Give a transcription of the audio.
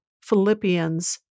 Philippians